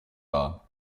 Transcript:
dar